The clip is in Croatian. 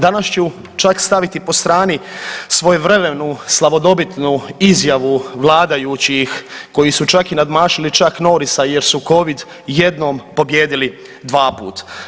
Danas ću čak staviti po strani svojevremenu slavodobitnu izjavu vladajućih koji su čak nadmašili Chuck Norrisa jer su covid jednom pobijedili dva put.